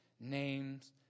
name's